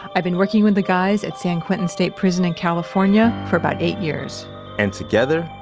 i've been working with the guys at san quentin state prison in california for about eight years and together,